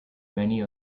many